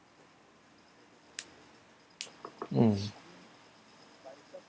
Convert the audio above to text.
mm